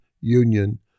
Union